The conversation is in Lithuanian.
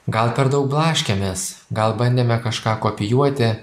gal per daug blaškėmės gal bandėme kažką kopijuoti